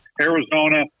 Arizona